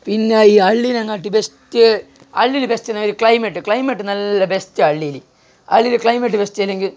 പിന്നെയീ അള്ളിയിലങ്ങോട്ട് ബെസ്റ്റ് അള്ളിയിൽ ബെസ്റ്റ് നേരെ ക്ളൈമറ്റ് ക്ളൈമറ്റ് നല്ല ബസ്റ്റാ അള്ളിയിൽ അള്ളിയിൽ ക്ളൈമറ്റ് ബെസ്റ്റല്ലെങ്കിൽ